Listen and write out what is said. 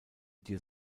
dir